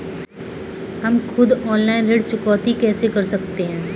हम खुद ऑनलाइन ऋण चुकौती कैसे कर सकते हैं?